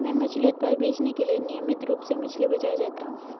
मैं मछली उत्पाद बेचने के लिए नियमित रूप से मछली बाजार जाता हूं